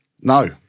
No